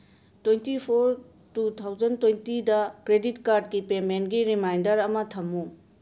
twenty four two thousand ꯇ꯭ꯋꯦꯟꯇꯤꯗ credit ꯀꯥꯔꯗꯀꯤ ꯄꯦꯃꯦꯟꯒꯤ ꯔꯤꯃꯥꯏꯟꯗꯔ ꯑꯃ ꯊꯝꯃꯨ